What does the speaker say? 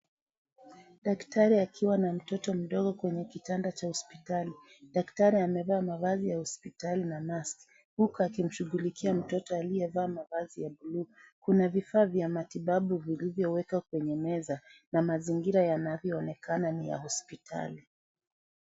Daktari akiwa na moto mdogo kwenye kitanda cha hospitali daktari amevaa mavazi za hospitali na masks huku akimshughulikia mtoto aliyevaa mavazi ya bluu kuna vifaa vya matibabu vilivyowekwa kwenye meza na mazingira yanavyoonekana ni ya hospitali.